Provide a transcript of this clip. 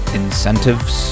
incentives